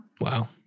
Wow